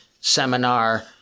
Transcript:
seminar